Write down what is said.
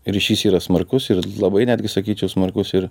ryšys yra smarkus ir labai netgi sakyčiau smarkus ir